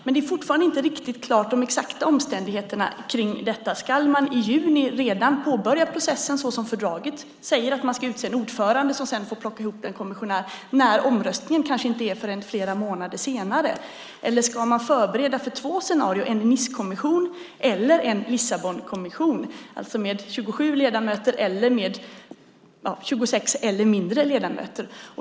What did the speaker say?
De exakta omständigheterna kring frågan är fortfarande inte riktigt klara. Ska man redan i juni påbörja processen, såsom fördraget säger, och utse en ordförande som sedan får plocka ihop kommissionen, trots att omröstningen kanske inte äger rum förrän flera månader senare? Eller ska man förbereda för två scenarier, en Nicekommission och en Lissabonkommission, alltså med 27 ledamöter eller med 26 eller färre ledamöter?